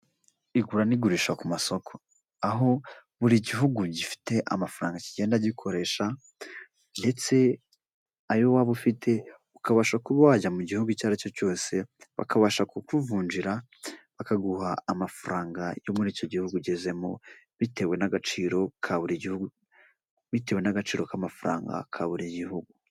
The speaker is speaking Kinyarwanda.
Igura n'igurisha ku masoko, aho buri gihugu gifite amafaranga kigenda gikoresha ndetse ayo waba ufite ukabasha kuba wajya mu gihugu icyo ari cyo cyose bakabasha kukuvunjira, bakaguha amafaranga yo muri icyo gihugu ugezemo, bitewe n'agaciro ka buri gihugu bitewe n'agaciro k'amafaranga ka buri gihugu.